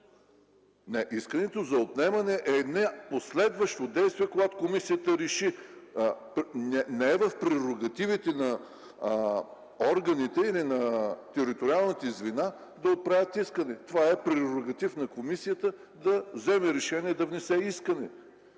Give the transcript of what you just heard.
Искането за отнемане е последващо действие, когато комисията реши. Не е в прерогативите на органите или на териториалните звена да отправят искане. Това е прерогатив на комисията да вземе решение, да внесе искане.